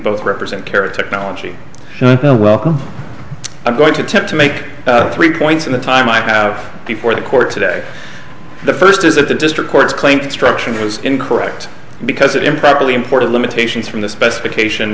both represent cara technology and i will welcome i'm going to attempt to make three points in the time i have before the court today the first is that the district courts claim construction was incorrect because it improperly imported limitations from the specification